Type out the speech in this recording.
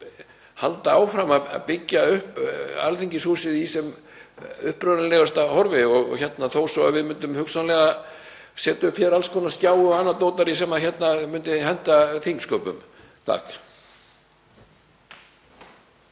halda áfram að byggja upp Alþingishúsið í sem upprunalegustu horfi þó svo að við myndum hugsanlega setja upp alls konar skjái og annað dótarí sem myndi henta þingsköpum.